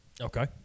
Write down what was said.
Okay